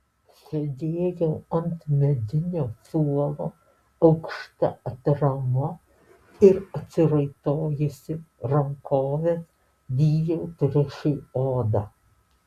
sėdėjau ant medinio suolo aukšta atrama ir atsiraitojusi rankoves dyriau triušiui odą